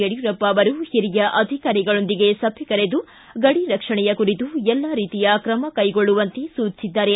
ಯಡಿಯೂರಪ್ಪ ಅವರು ಓರಿಯ ಅಧಿಕಾರಿಗಳೊಂದಿಗೆ ಸಭೆ ಕರೆದು ಗಡಿ ರಕ್ಷಣೆಯ ಕುರಿತು ಎಲ್ಲ ರೀತಿಯ ಕ್ರಮ ಕೈಗೊಳ್ಳುವಂತೆ ಸೂಚಿಸಿದ್ದಾರೆ